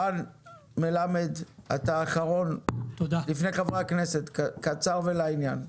רן מלמד, אתה אחרון לפני חברי הכנסת, קצר ולעניין.